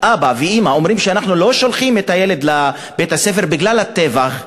אבא ואימא אומרים: אנחנו לא שולחים את הילד לבית-הספר בגלל הטבח.